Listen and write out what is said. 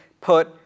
put